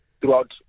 throughout